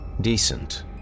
decent